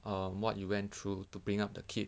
err what you went through to bring up the kid